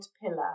pillar